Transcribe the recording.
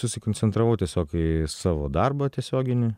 susikoncentravau tiesiog į savo darbą tiesioginį